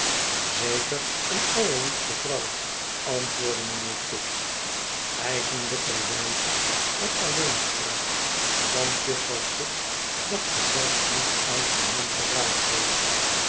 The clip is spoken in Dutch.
zeker een allerliefste vrouw antwoordde mijnheer tibbs eigenlijk bij wijze van alleenspraak want juffrouw tibbs dacht erzelfsniet aan haar man te raadplegen